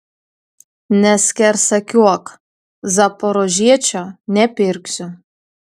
neskersakiuok zaporožiečio nepirksiu